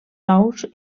ous